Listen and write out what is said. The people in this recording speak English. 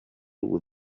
with